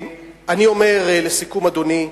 אני אומר לסיכום, אדוני: